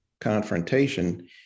confrontation